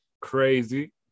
Crazy